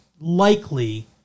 likely